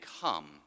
come